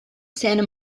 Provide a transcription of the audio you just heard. santa